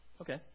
Okay